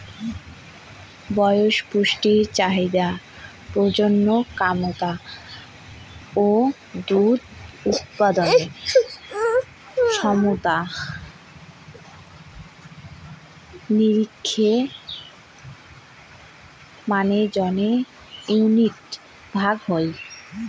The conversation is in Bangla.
বয়স, পুষ্টি চাহিদা, প্রজনন ক্যমতা ও দুধ উৎপাদন ক্ষমতার নিরীখে ম্যানেজমেন্ট ইউনিট ভাগ হই